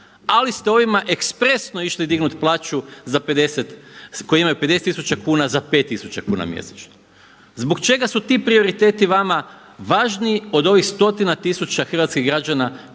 ali ste ovima ekspresno išli dignut plaću za 50, koji imaju 50 tisuća kuna za 5000 kuna mjesečno. Zbog čega su ti prioriteti vama važniji od ovih stotina tisuća hrvatskih građana